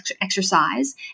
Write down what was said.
exercise